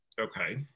okay